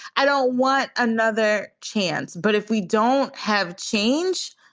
i don't want another chance. but if we don't have change,